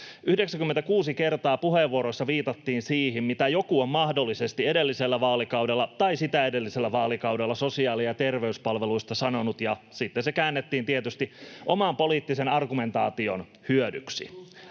96 kertaa puheenvuoroissa viitattiin siihen, mitä joku on mahdollisesti edellisellä vaalikaudella tai sitä edellisellä vaalikaudella sosiaali- ja terveyspalveluista sanonut, ja sitten se käännettiin tietysti oman poliittisen argumentaation hyödyksi.